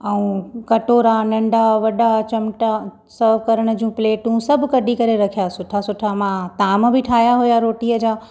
ऐं कटोरा नंढा वॾा चमटा सर्व करण जूं प्लेटियूं सभु कढी करे रखिया सुठा सुठा मां ताम बि ठाहिया हुया रोटीअ जा